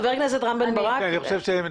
חבר הכנסת רם בן ברק, בבקשה.